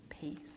peace